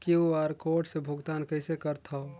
QR code से भुगतान कइसे करथव?